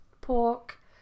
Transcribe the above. pork